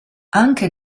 anche